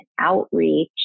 outreach